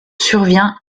survient